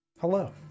Hello